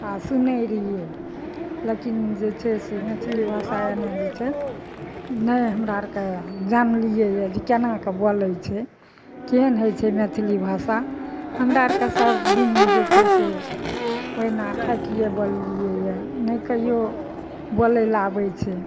आओर सुनय रहियै लेकिन जे छै से मैथिली भाषा एनाय जे छै नहि हमरा आरके जानलियै यऽ जे केनाके बोलय छै केहन हइ छै मैथिली भाषा हमरा आरके सभदिन जे छै से ओहिना ठेठिये बोललियै यऽ नहि कहियो बोलय लए आबय छै